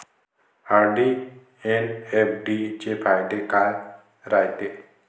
RD अन FD चे फायदे काय रायते?